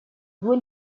due